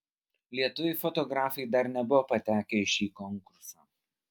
lietuviai fotografai dar nebuvo patekę į šį konkursą